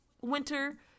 Winter